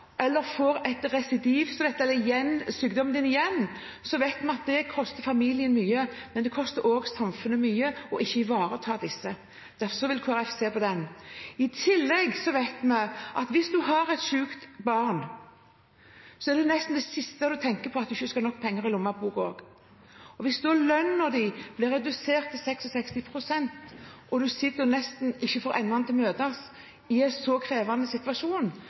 eller får et residiv – sykdommen kommer igjen – så vet vi at det koster familien mye. Men det koster også samfunnet mye ikke å ivareta disse, og derfor vil Kristelig Folkeparti se på det. For det andre vet vi at hvis man har et sykt barn, er det å ikke ha nok penger i lommeboken nesten det siste man tenker på. Hvis lønnen er redusert til 66 pst. og man nesten ikke får endene til å møtes i en så krevende situasjon,